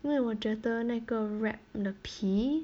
因为我觉得那个 wrap 的皮